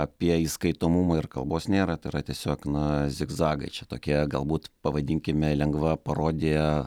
apie įskaitomumą ir kalbos nėra tai yra tiesiog na zigzagai čia tokie galbūt pavadinkime lengva parodija